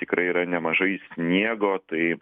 tikrai yra nemažai sniego tai